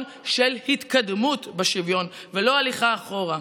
של התקדמות בשוויון ולא הליכה אחורה.